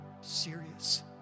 serious